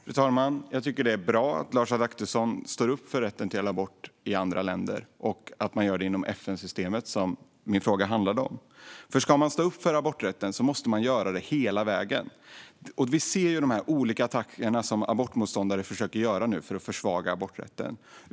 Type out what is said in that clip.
Herr talman! Jag tycker att det är bra att Lars Adaktusson står upp för rätten till abort i andra länder och att man gör det inom FN-systemet, som min fråga handlade om. Ska man stå upp för aborträtten måste man göra det hela vägen. Vi ser de olika attacker som abortmotståndare nu försöker göra för att försvaga aborträtten.